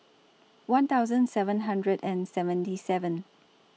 one thousand seven hundred and seventy seven